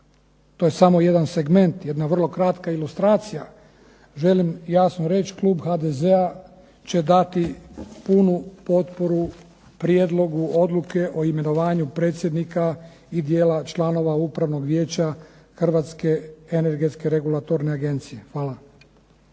to je samo jedan segment, jedna vrlo kratka ilustracija, želim jasno reći klub HDZ-a će dati punu potporu prijedlogu odluke o imenovanju predsjednika i dijela članova Upravnog vijeća Hrvatske energetske regulatorne agencije. Hvala.